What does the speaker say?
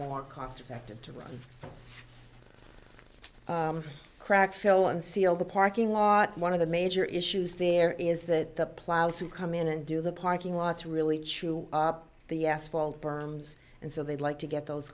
more cost effective to run crack fill and seal the parking lot one of the major issues there is that the plows who come in and do the parking lots really chew up the asphalt berms and so they'd like to get those